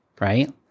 Right